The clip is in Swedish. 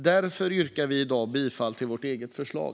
Därför yrkar vi i dag bifall till vårt eget förslag.